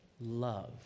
love